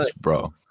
bro